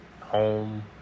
home